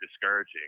discouraging